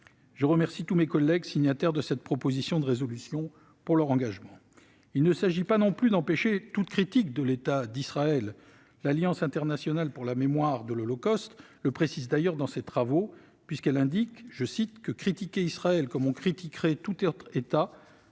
Je remercie tous mes collègues signataires de cette proposition de résolution pour leur engagement. Il ne s'agit pas non plus d'empêcher toute critique de l'État d'Israël. L'Alliance internationale pour la mémoire de l'Holocauste le précise d'ailleurs dans ses travaux, indiquant que « critiquer Israël comme on critiquerait tout autre